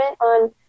on